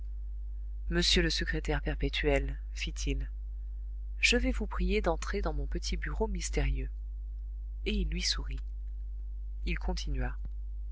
monsieur le secrétaire perpétuel fit-il je vais vous prier d'entrer dans mon petit bureau mystérieux et il lui sourit il continua